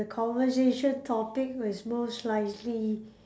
the conversation topic is mostly likely